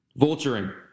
Vulturing